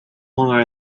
long